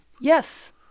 Yes